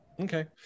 okay